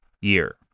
year